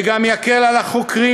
וגם יקל על החוקרים,